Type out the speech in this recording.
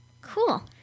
Cool